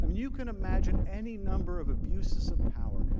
i mean you can imagine any number of abuses of power,